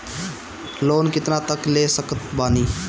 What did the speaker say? Loan कितना तक ले सकत बानी?